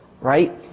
right